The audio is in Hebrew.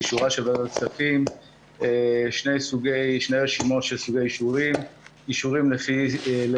לאישורה של ועדת הכספים שתי רשימות של סוגי אישורים: אישורים לתורמים,